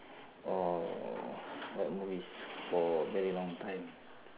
or watch movies for very long time